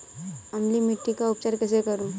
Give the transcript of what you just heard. अम्लीय मिट्टी का उपचार कैसे करूँ?